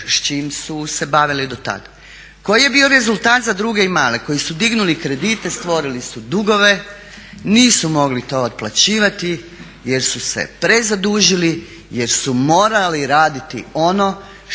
s čim su se bavili do tad. Koji je bio rezultat za druge i male koji su dignuli kredite, stvorili su dugove, nisu mogli to otplaćivati jer su se prezadužili, jer su morali raditi ono